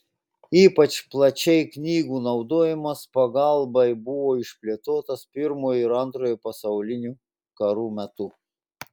ypač plačiai knygų naudojimas pagalbai buvo išplėtotas pirmojo ir antrojo pasaulinių karų metu